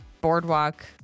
boardwalk